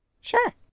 Sure